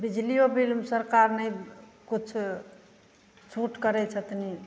बिजलियो बिलमे सरकार नहि किछु छूट करैत छथिन